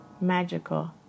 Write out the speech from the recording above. Magical